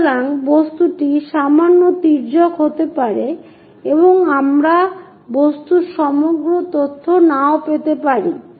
সুতরাং বস্তুটি সামান্য তির্যক হতে পারে এবং আমরা বস্তুর সমগ্র তথ্য নাও পেতে পারি